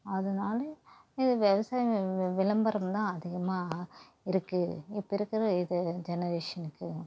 அதனாலே இது விவசாயம் வி வி விளம்பரந்தான் அதிகமாக இருக்குது இப்போ இருக்கிற இது ஜெனரேஷனுக்கு